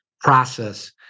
process